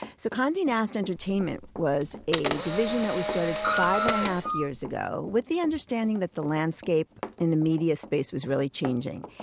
so conde nast entertainment was a division that we started five and a half years ago with the understanding that the landscape in the media space was really changing,